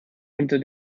unter